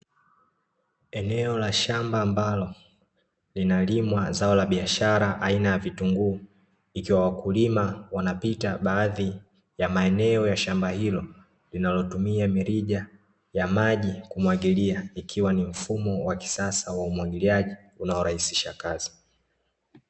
Eneo la shamba ambalo linalimwa zao la biahara aina ya vitunguu, ikiwa wakulima wanapita baadhi ya maeneo ya shamba hilo linalotumia mirija ya maji kumwagilia, ikiwa ni mfumo wa kisasa wa umwagiliaji unao rahisisha kazi.